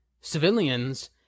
civilians